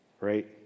right